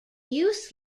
youth